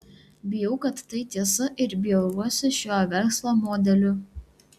bijau kad tai tiesa ir bjauriuosi šiuo verslo modeliu